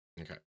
Okay